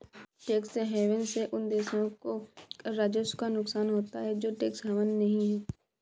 tax haven से उन देशों को कर राजस्व का नुकसान होता है जो टैक्स हेवन नहीं हैं